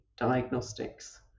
diagnostics